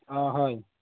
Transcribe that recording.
অঁ হয়